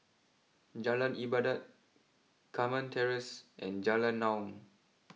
Jalan Ibadat Carmen Terrace and Jalan Naung